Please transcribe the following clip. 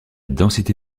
densité